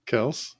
Kels